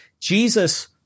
Jesus